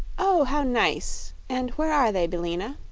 oh, how nice! and where are they, billina?